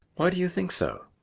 why do you think so?